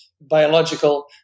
biological